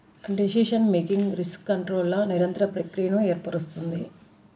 decision making risk కంట్రోల్ల నిరంతర ప్రక్రియను ఏర్పరుస్తుంది